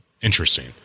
Interesting